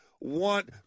want